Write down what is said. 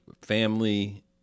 family